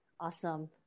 Awesome